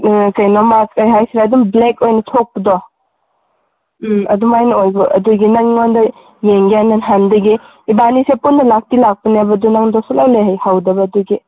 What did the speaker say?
ꯀꯩꯅꯣꯝꯃ ꯀꯩ ꯍꯥꯏꯁꯤꯔꯥ ꯑꯗꯨꯝ ꯕ꯭ꯂꯦꯛ ꯑꯣꯏꯅ ꯊꯣꯛꯄꯗꯣ ꯎꯝ ꯑꯗꯨꯃꯥꯏꯅ ꯑꯣꯏꯕ ꯑꯗꯨꯒꯤ ꯅꯉꯣꯟꯗ ꯌꯦꯡꯒꯦ ꯍꯥꯏꯅ ꯅꯍꯥꯟꯗꯒꯤ ꯏꯕꯥꯅꯤꯁꯦ ꯄꯨꯟꯅ ꯂꯥꯛꯇꯤ ꯂꯥꯛꯄꯅꯦꯕ ꯑꯗꯣ ꯅꯪꯗꯣ ꯁꯨꯡꯂꯩ ꯂꯩꯍꯧꯗꯕ ꯑꯗꯨꯒꯤ